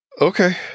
Okay